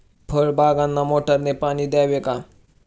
फळबागांना मोटारने पाणी द्यावे का?